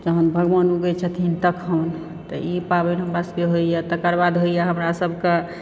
जहन भगवान उगै छथिन तखन तऽ ई पावनि हमरासभ कऽ होइए तकरबाद होइए हमरासभ कऽ